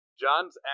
John's